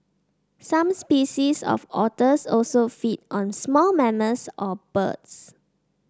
some species of otters also feed on small mammals or birds